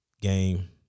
game